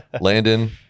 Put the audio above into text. landon